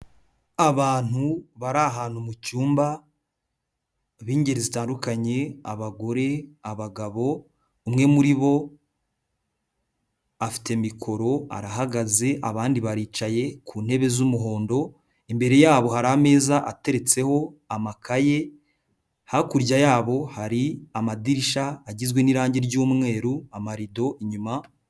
Abantu bari ahantu mu cyumba b'ingeri zitandukanye, abagore, abagabo, umwe muri bo afite mikoro arahagaze, abandi baricaye ku ntebe z'umuhondo, imbere yabo hari ameza ateretseho amakaye, hakurya yabo hari amadirishya agizwe n'irangi ry'umweru, amarido inyuma.